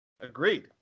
agreed